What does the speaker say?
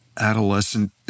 adolescent